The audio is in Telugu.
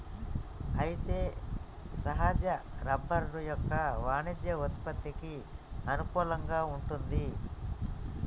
అయితే సహజ రబ్బరు యొక్క వాణిజ్య ఉత్పత్తికి అనుకూలంగా వుంటుంది